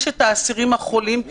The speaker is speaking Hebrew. אסירים חולים,